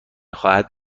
خواهد